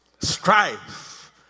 strife